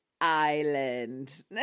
island